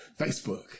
Facebook